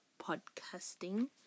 podcasting